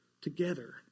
together